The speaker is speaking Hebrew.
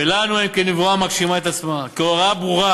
ולנו הם כנבואה המגשימה את עצמה, כהוראה ברורה